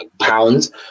pounds